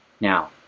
Now